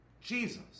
Jesus